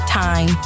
time